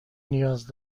نیاز